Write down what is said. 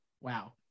Wow